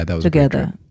together